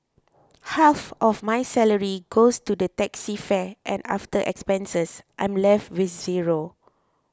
half of my salary goes to the taxi fare and after expenses I'm left with zero